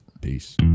Peace